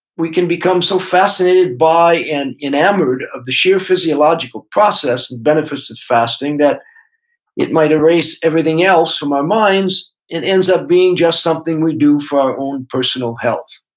we can become so fascinated by and enamored of the sheer physiological process and benefits of fasting that it might erase everything else from our minds it ends up being just something we do for our own personal health.